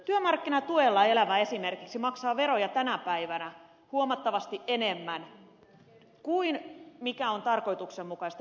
työmarkkinatuella elävä esimerkiksi maksaa veroja tänä päivänä huomattavasti enemmän kuin on tarkoituksenmukaista